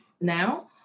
now